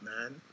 man